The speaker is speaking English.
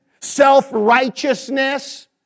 self-righteousness